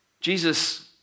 Jesus